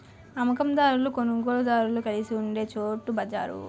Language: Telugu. అమ్మ కందారులు కొనుగోలుదారులు కలిసి ఉండే చోటు బజారు